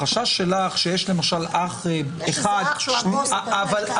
החשש שלך שיש למשל אח אחד -- יש איזה אח שהוא הבוס ----- אבל